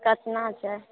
केतना छै